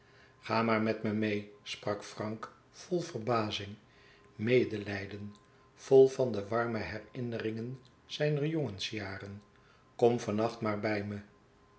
ga maar met me meê sprak frank vol verbazing medelijden vol van de warme herinneringen zijner jongensjaren kom van nacht maar bij me